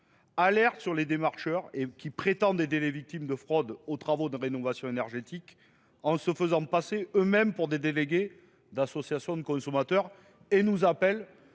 alerte sur les démarcheurs et qui prétendent aider les victimes de fraude aux travaux de rénovation énergétique en se faisant passer eux-mêmes pour des délégués d'associations de consommateurs et nous appelle